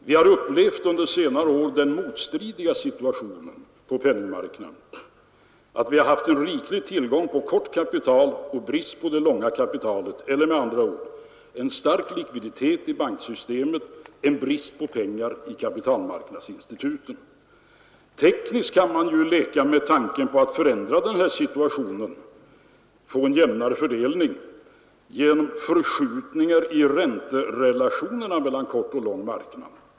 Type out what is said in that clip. Under senare år har vi upplevt den motstridiga situationen på penningmarknaden att vi har haft en riklig tillgång på kort kapital och brist på långt kapital eller med andra ord en stark likviditet i banksystemet men en brist på pengar i kapitalmarknadsinstituten. Tekniskt kan man ju leka med tanken på att förändra denna situation och få en jämnare fördelning genom förskjutningar i ränterelationerna mellan kort och lång marknad.